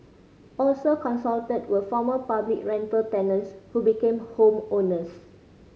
also consulted were former public rental tenants who became home owners